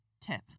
tip